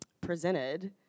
presented